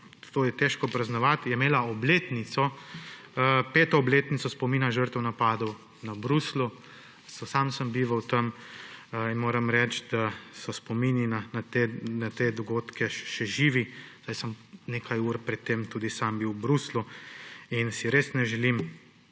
to je težko praznovati, je imela peto obletnico spomina žrtev napadov v Bruslju. Sam sem bival tam in moram reči, da so spomini na te dogodke še živi, saj sem nekaj ur pred tem tudi sam bil v Bruslju. Res si ne želim,